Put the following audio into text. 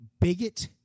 bigot